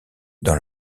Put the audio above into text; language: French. dans